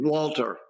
Walter